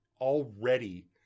already